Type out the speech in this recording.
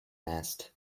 nest